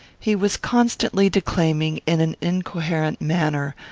he was constantly declaiming, in an incoherent manner,